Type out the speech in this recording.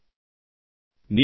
நீங்கள் திருமணமானவராக அதனால்